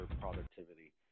productivity